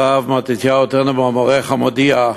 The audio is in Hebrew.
הרב מתתיהו טננבוים, עורך "המודיע",